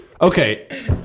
okay